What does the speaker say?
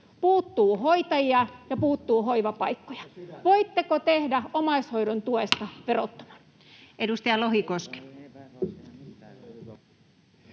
Puuttuu hoitajia ja puuttuu hoivapaikkoja. [Mika Niikko: Ja sydän!] Voitteko tehdä omaishoidon tuesta verottoman? Edustaja Lohikoski.